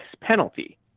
penalty